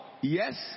Yes